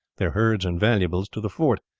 their herds and valuables, to the fort.